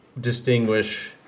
distinguish